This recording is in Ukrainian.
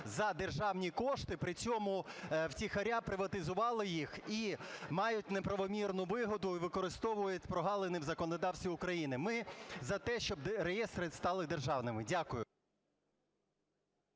за державні кошти, при цьому втихаря приватизували їх і мають неправомірну вигоду, і використовують прогалини в законодавстві України. Ми за те, щоб реєстри стали державними. Дякую.